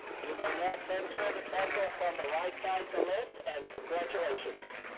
you may now transfer the tassel from the right side to left and congratulations.